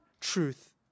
truth